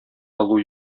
алу